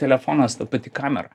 telefonas ta pati kamera